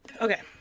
Okay